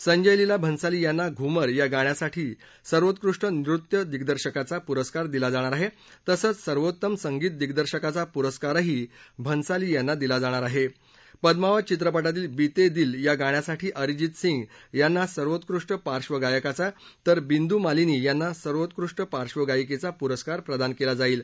संजय लीला भंसाली यांना घुमर या गाण्यासाठी सर्वोत्कृष्ट नृत्य दिग्दर्शकाचा पुरस्कार दिला जाणार आहा ज़संच सर्वोत्तम संगीत दिग्दर्शकाचा पुरस्कारही भंसाली यांना दिला जाणार आह प्रदमावत चित्रपटातील बिंतद्विल या गाण्यासाठी अरिजित सिंग यांना सर्वोत्कृष्ट पार्श्व गायकाचा तर बिंदू मालिनी यांना सर्वोत्कृष्ट पार्ड गायिकच्चा पुरस्कार प्रदान कला जाईल